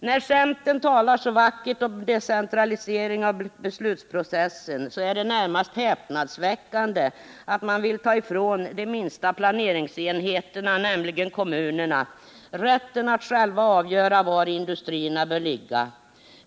När centern talar så vackert om decentralisering av beslutsprocessen är det närmast häpnadsväckande att man vill ta ifrån de minsta planeringsenheterna, nämligen kommunerna, rätten att själva avgöra var industrierna bör ligga.